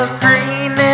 green